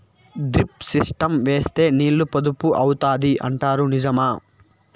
Drip system వేస్తే నీళ్లు పొదుపు అవుతాయి అంటారు నిజమా?